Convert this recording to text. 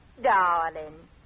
Darling